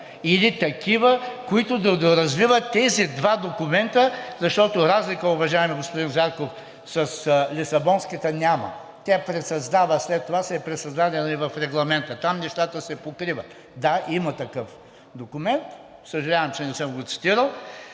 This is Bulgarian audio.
или такива, които да доразвиват тези два документа, защото разлика, уважаеми господин Зарков, с Лисабонската няма. Тя пресъздава, след това е пресъздадена и в Регламента, там нещата се покриват. Да има такъв документ, съжалявам, че не съм го цитирал.